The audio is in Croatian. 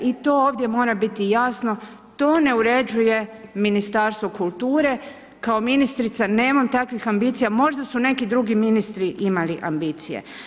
I to ovdje mora biti jasno, to ne uređuje Ministarstvo kulture, kao ministrica nemam takvih ambicija, možda su neki drugi ministri imali ambicije.